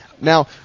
Now